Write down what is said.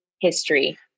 history